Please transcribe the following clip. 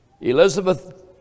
Elizabeth